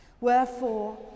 Wherefore